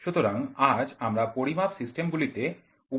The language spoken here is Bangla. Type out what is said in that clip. সুতরাং আজ আমরা পরিমাপ সিস্টেমগুলিতে উপকরণের ভূমিকা গুলি দেখব